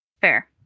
Fair